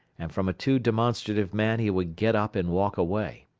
and from a too demonstrative man he would get up and walk away.